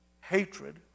hatred